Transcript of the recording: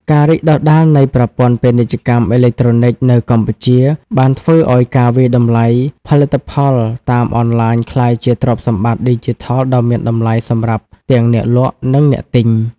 ការរីកដុះដាលនៃប្រព័ន្ធពាណិជ្ជកម្មអេឡិចត្រូនិក នៅកម្ពុជា បានធ្វើឱ្យការវាយតម្លៃផលិតផលតាមអនឡាញក្លាយជាទ្រព្យសម្បត្តិឌីជីថលដ៏មានតម្លៃសម្រាប់ទាំងអ្នកលក់ និងអ្នកទិញ។